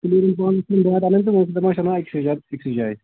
تہٕ وَنۍ چھِ دَپان أسۍ اَنو اَکسٕے جاے أکسٕے جاے